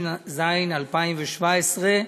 התשע"ז 2017,